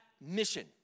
mission